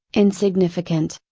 insignificant,